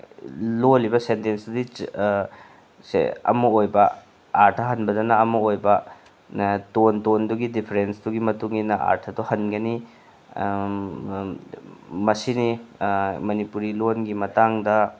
ꯂꯣꯜꯂꯤꯕ ꯁꯦꯟꯇꯦꯟꯁ ꯇꯨ ꯁꯦ ꯑꯃ ꯑꯣꯏꯕ ꯑꯥꯔꯊ ꯍꯟꯕꯗꯅ ꯑꯃ ꯑꯣꯏꯕ ꯇꯣꯟ ꯇꯣꯟꯗꯨꯒꯤ ꯃꯇꯨꯡ ꯏꯟꯅ ꯑꯥꯔꯊꯗꯣ ꯍꯟꯒꯅꯤ ꯃꯁꯤꯅꯤ ꯃꯅꯤꯄꯨꯔꯤ ꯂꯣꯜꯒꯤ ꯃꯇꯥꯡꯗ